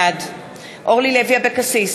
בעד אורלי לוי אבקסיס,